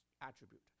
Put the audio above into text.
attribute